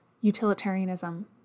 utilitarianism